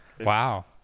Wow